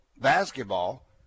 basketball